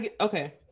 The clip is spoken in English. okay